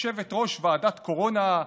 יושבת-ראש ועדת קורונה,